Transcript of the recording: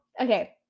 okay